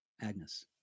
Agnes